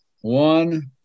one